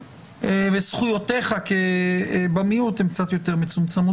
וזכויותיך במיעוט הן קצת יותר מצומצמות.